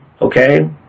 Okay